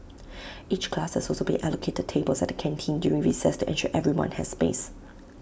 each class has also been allocated tables at the canteen during recess to ensure everyone has space